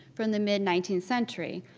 from the mid nineteenth century,